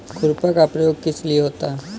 खुरपा का प्रयोग किस लिए होता है?